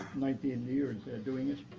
nineteen years and doing it,